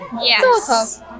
Yes